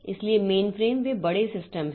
इसलिए मेनफ्रेम वे बड़े सिस्टम हैं